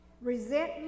resentment